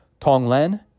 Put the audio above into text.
Tonglen